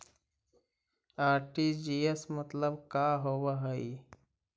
RTGS के मतलब का होव हई?